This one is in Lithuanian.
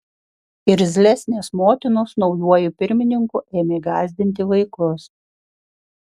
irzlesnės motinos naujuoju pirmininku ėmė gąsdinti vaikus